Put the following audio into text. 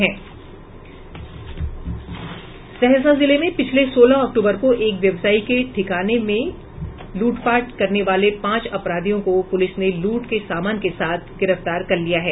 सहरसा जिले में पिछले सोलह अक्टूबर को एक व्यवसायी के ठिकाने में लूटपाट करने वाले पांच अपराधियों को पुलिस ने लूट के सामान के साथ गिरफ्तार कर लिया है